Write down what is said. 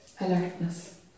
Alertness